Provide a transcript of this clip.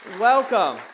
Welcome